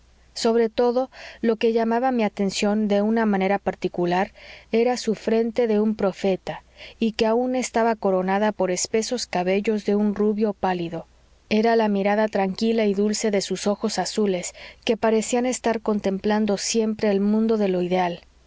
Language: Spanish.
sobre todo lo que llamaba mi atención de una manera particular era su frente de un profeta y que aun estaba coronada por espesos cabellos de un rubio pálido era la mirada tranquila y dulce de sus ojos azules que parecían estar contemplando siempre el mundo de lo ideal